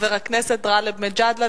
חבר הכנסת גאלב מג'אדלה,